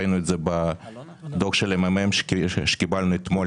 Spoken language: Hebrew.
ראינו את זה בדו"ח של מרכז המידע והמחקר של הכנסת שקיבלנו אתמול.